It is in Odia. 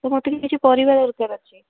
ତ ମୋତେ ବି କିଛି ପରିବା ଦରକାର ଅଛି